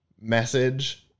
message